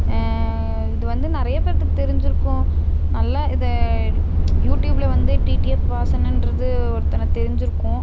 இது வந்து நிறையா பேர்த்துக்கு தெரிஞ்சிருக்கும் நல்லா இதை யூடியூப்ல வந்து டிடிஎஃப் வாசனுன்றது ஒருத்தனை தெரிஞ்சிருக்கும்